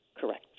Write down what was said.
Correct